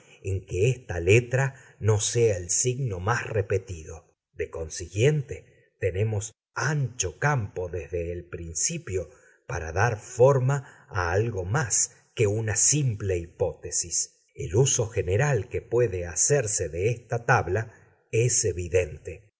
en que esta letra no sea el signo más repetido de consiguiente tenemos ancho campo desde el principio para dar forma a algo más que una simple hipótesis el uso general que puede hacerse de esta tabla es evidente